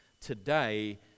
Today